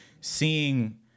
seeing